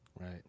Right